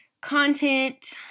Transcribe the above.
content